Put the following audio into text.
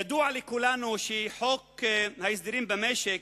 ידוע לכולנו שכוחו של חוק ההסדרים במשק